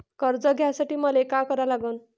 कर्ज घ्यासाठी मले का करा लागन?